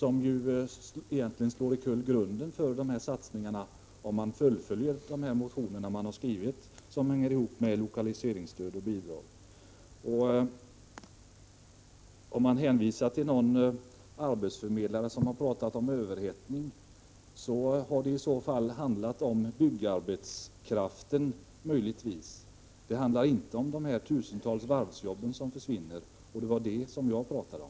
Om förslagen i de motioner man skrivit när det gäller lokaliseringsstöd och bidrag skulle förverkligas, slår de egentligen omkull grunden för de här satsningarna. Ifall någon arbetsförmedlare har pratat om överhettning har det möjligtvis handlat om byggarbetskraften. Det handlar inte om de tusentals varvsjobb som försvinner, och det var detta som jag pratade om.